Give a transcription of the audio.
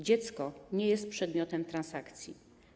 Dziecko nie jest przedmiotem transakcji.